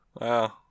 Wow